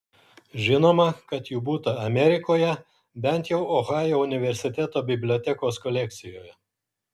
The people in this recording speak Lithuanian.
žinoma kad jų būta amerikoje bent jau ohajo universiteto bibliotekos kolekcijoje